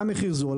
היה מחיר מוזל,